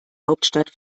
hauptstadt